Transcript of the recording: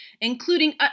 including